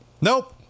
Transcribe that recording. Nope